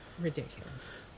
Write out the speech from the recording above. Ridiculous